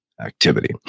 activity